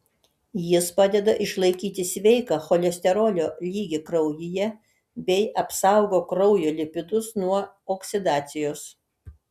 jis padeda išlaikyti sveiką cholesterolio lygį kraujyje bei apsaugo kraujo lipidus nuo oksidacijos